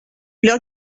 leur